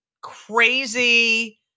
crazy